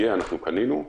קנינו,